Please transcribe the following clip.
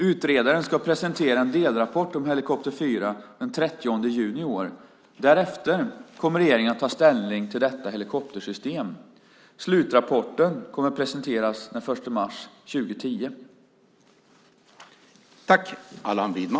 Utredaren ska presentera en delrapport om helikopter 4 den 30 juni i år. Därefter kommer regeringen att ta ställning till detta helikoptersystem. Slutrapporten kommer att presenteras den 1 mars 2010.